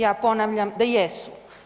Ja ponavljam da jesu.